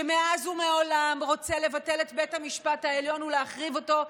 שמאז ומעולם רוצה לבטל את בית המשפט העליון ולהחריב אותו,